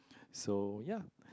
so ya